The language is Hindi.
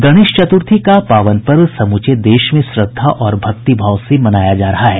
गणेश चतुर्थी का पावन पर्व समूचे देश में श्रद्धा और भक्तिभाव से मनाया जा रहा है